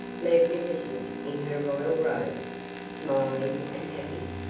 magnificent in her royal robes, smiling and happy.